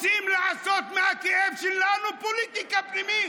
כי אתם רוצים לעשות מהכאב שלנו פוליטיקה פנימית.